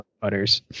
butters